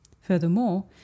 Furthermore